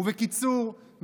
ובקיצור,